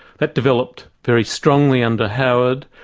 that developed very strongly under howard,